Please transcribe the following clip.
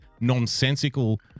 nonsensical